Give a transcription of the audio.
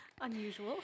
unusual